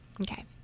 Okay